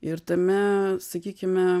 ir tame sakykime